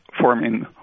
forming